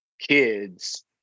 kids